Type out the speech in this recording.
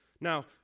Now